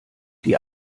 die